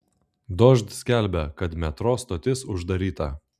dožd skelbia kad metro stotis uždaryta